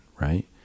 right